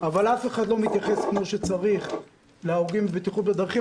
אבל אף אחד לא מתייחס כפי שצריך להרוגים בבטיחות בדרכים.